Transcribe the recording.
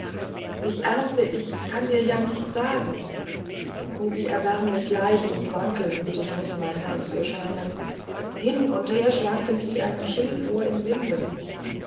ich ärmste ich kann es dir ja nicht sagen o wie erbärmlich leicht und wankelmütig muß mein herz dir scheinen hin und herschwankend wie ein schilfrohr im winde